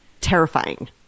Terrifying